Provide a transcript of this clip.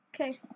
Okay